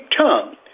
tongue